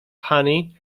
honey